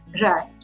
Right